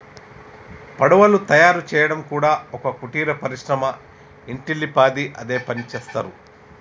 పడవలు తయారు చేయడం కూడా ఒక కుటీర పరిశ్రమ ఇంటిల్లి పాది అదే పనిచేస్తరు